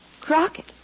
Crockett